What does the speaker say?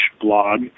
blog